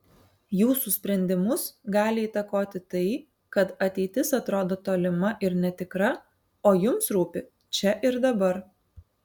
jūsų sprendimus gali įtakoti tai kad ateitis atrodo tolima ir netikra o jums rūpi čia ir dabar